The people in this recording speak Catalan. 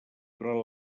durant